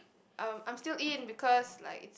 um I still in because like it's